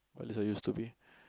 what I used to be